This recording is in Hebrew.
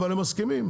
הם מסכימים,